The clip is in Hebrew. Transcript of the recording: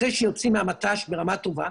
אחרי שהם יוצאים מהמט"ש ברמה טובה,